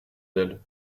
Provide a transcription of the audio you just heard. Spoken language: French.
elle